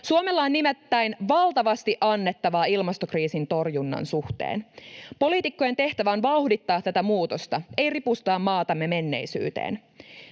Suomella on nimittäin valtavasti annettavaa ilmastokriisin torjunnan suhteen. Poliitikkojen tehtävä on vauhdittaa tätä muutosta, ei ripustaa maatamme menneisyyteen.